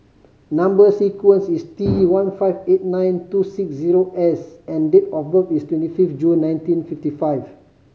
number sequence is T one five eight nine two six zero S and date of birth is twenty fifth June nineteen fifty five